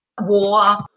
war